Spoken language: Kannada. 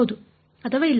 ಹೌದು ಅಥವಾ ಇಲ್ಲ